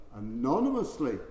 anonymously